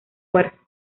fuerza